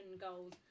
goals